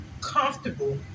comfortable